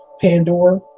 Pandora